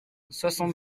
soixante